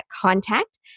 contact